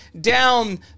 down